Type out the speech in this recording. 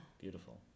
beautiful